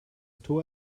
tor